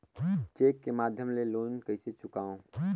Cheque के माध्यम ले लोन कइसे चुकांव?